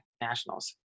nationals